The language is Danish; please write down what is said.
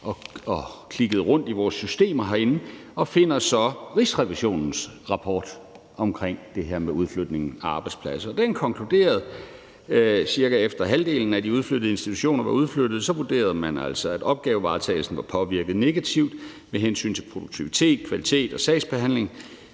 og klikkede rundt i vores systemer herinde og finder så Rigsrevisionens rapport omkring det her med udflytning af statslige arbejdspladser. Den konkluderede og vurderede, efter at cirka halvdelen af institutionerne var udflyttet, at opgavevaretagelsen var påvirket negativt med hensyn til produktivitet, kvalitet og sagsbehandling,